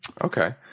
Okay